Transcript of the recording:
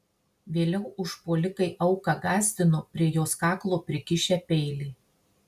vėliau užpuolikai auką gąsdino prie jos kaklo prikišę peilį